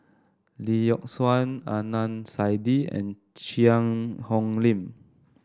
Lee Yock Suan Adnan Saidi and Cheang Hong Lim